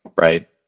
right